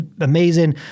amazing